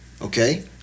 okay